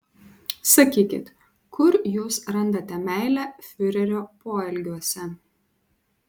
sakykit kur jūs randate meilę fiurerio poelgiuose